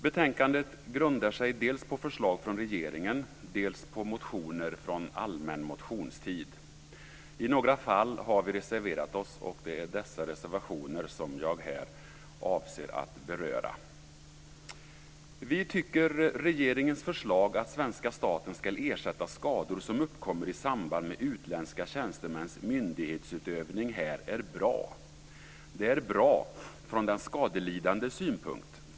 Betänkandet grundar sig dels på förslag från regeringen, dels på motioner från allmänna motionstiden. I några fall har vi reserverat oss, och det är dessa reservationer som jag här avser att beröra. Vi tycker att regeringens förslag att svenska staten ska ersätta skador som uppkommer i samband med utländska tjänstemäns myndighetsutövning är bra. Det är bra från den skadelidandes synpunkt.